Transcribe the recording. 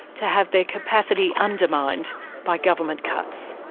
to have their capacity undermined by government cuts.